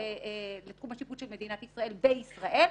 לתחום השיפוט של מדינת ישראל בישראל,